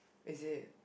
is it